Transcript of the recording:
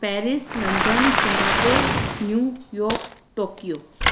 Paris London Singapore New York Tokyo